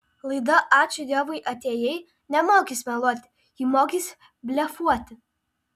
laida ačiū dievui atėjai nemokys meluoti ji mokys blefuoti